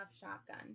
shotgun